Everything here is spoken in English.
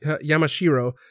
Yamashiro